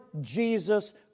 Jesus